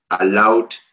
allowed